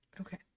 Okay